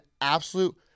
absolute